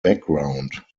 background